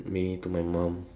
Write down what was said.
me to my mum